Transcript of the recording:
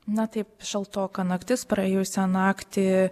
na taip šaltoka naktis praėjusią naktį